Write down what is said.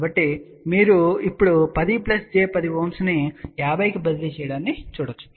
కాబట్టి మీరు ఇప్పుడు 10 j 10Ω ను 50 కు బదిలీ చేయడాన్ని చూడవచ్చు